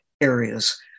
areas